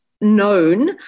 known